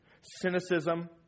Cynicism